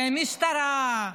המשטרה,